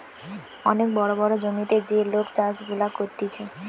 অনেক বড় বড় জমিতে যে লোক চাষ গুলা করতিছে